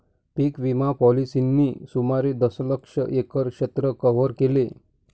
पीक विमा पॉलिसींनी सुमारे दशलक्ष एकर क्षेत्र कव्हर केले